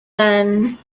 then